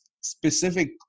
specific